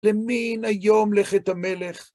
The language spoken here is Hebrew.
למין היום לכת המלך?